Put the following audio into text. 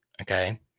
okay